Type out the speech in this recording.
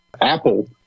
Apple